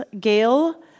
Gail